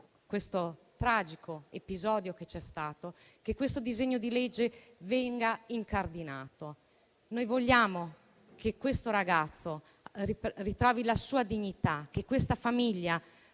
questo tragico episodio, che il disegno di legge venga incardinato. Noi vogliamo che questo ragazzo ritrovi la sua dignità e che questa famiglia